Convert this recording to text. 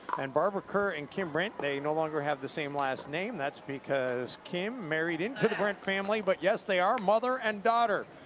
and barbara kerr and kim brent, they no longer have the same last name. that's because kim married into the brent family, but yes they are mother and daughter.